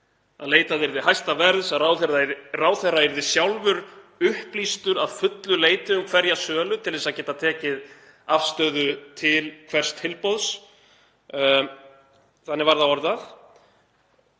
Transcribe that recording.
að leitað yrði hæsta verðs, að ráðherra yrði sjálfur upplýstur að fullu leyti um hverja sölu til að geta tekið afstöðu til hvers tilboðs. Þannig var það orðað.